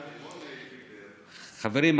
חברים,